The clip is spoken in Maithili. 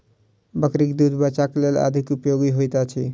बकरीक दूध बच्चाक लेल अधिक उपयोगी होइत अछि